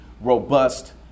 robust